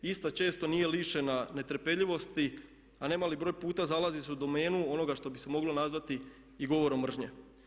Ista često nije lišena netrpeljivosti, a nemali broj puta zalazi se u domenu onoga što bi se moglo nazvati i govorom mržnje.